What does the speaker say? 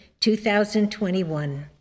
2021